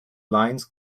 lines